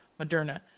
Moderna